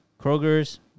Kroger's